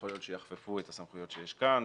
שיכול להיות שיחפפו את הסמכויות שיש כאן,